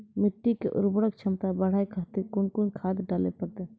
मिट्टी के उर्वरक छमता बढबय खातिर कोंन कोंन खाद डाले परतै?